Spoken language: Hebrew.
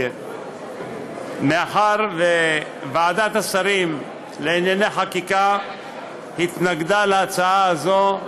מאחר שוועדת השרים לענייני חקיקה התנגדה להצעה הזאת,